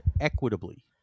equitably